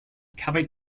cavite